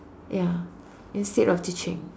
ya instead of teaching